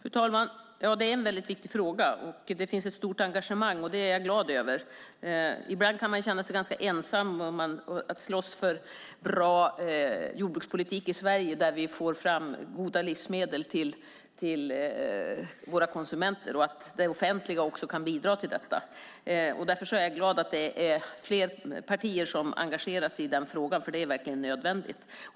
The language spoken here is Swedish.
Fru talman! Det är en väldigt viktig fråga. Det finns ett stort engagemang, och det är jag glad över. Ibland kan man känna sig ganska ensam i att slåss för att få en jordbrukspolitik i Sverige där vi får fram goda livsmedel till våra konsumenter och att det offentliga också kan bidra till detta. Jag är därför glad för att det är fler partier som engagerar sig i den frågan. Det är verkligen nödvändigt.